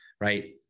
right